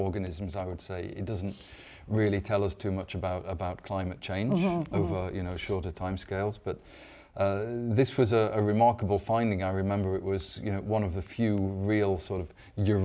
organisms i would say it doesn't really tell us too much about about climate change over you know short of time scales but this was a remarkable finding i remember it was you know one of the few real sort of your